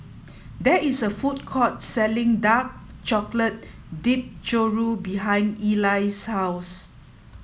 there is a food court selling Dark Chocolate Dipped Churro behind Ely's house